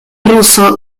ruso